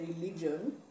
religion